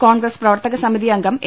കോൺഗ്രസ് പ്രവർത്തകസമിതി അംഗം എ